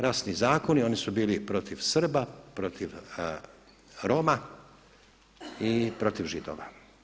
Rasni zakoni oni bili protiv Srba, protiv Roma i protiv Židova.